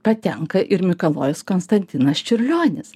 patenka ir mikalojus konstantinas čiurlionis